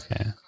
Okay